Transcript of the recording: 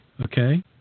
okay